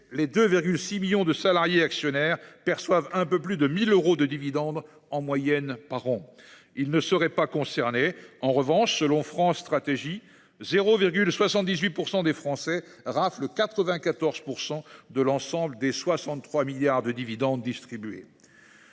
les 2,6 millions de salariés actionnaires perçoivent en moyenne un peu plus de 1 000 euros en dividendes par an. Ils ne seraient donc pas concernés. En revanche, selon France Stratégie, 0,78 % des Français raflent 94 % de l’ensemble des 63 milliards d’euros de dividendes distribués.